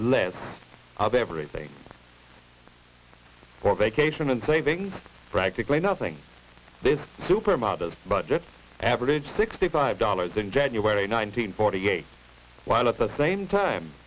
less of everything for vacation and savings practically nothing this supermodel budgets average sixty five dollars in january nineteen forty eight and at the same time